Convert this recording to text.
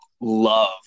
love